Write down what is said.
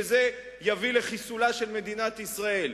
שזה יביא לחיסולה של מדינת ישראל,